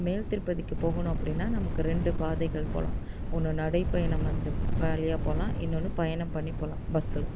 மேல்திருப்பதிக்கு போகணும் அப்படின்னா நமக்கு ரெண்டு பாதைகள் போகலாம் ஒன்று நடைப்பயணம் வந்து வழியாக போகலாம் இன்னொன்று பயணம் பண்ணி போகலாம் பஸ்ஸில்